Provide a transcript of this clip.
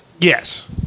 Yes